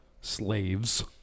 Slaves